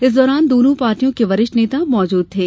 इस दौरान दोनो पार्टियों के वरिष्ठ नेता मौजूद थे